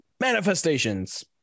Manifestations